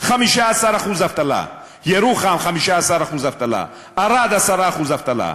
15% אבטלה, ירוחם, 15% אבטלה, ערד, 10% אבטלה,